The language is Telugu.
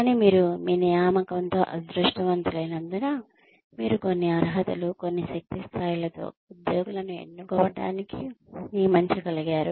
కానీ మీరు మీ నియామకంతో అదృష్టవంతులైనందున మీరు కొన్ని అర్హతలు కొన్ని శక్తి స్థాయిలతో ఉద్యోగులను ఎన్నుకోవటానికి నియమించగలిగారు